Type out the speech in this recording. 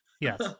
Yes